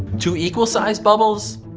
two equal-sized bubbles?